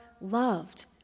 loved